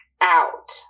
out